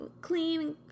clean